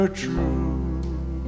true